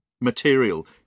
material